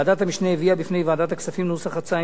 ועדת המשנה הביאה בפני ועדת הכספים נוסח הצעה